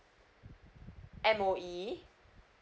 M_O_E